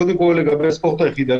לגבי הספורט היחידני,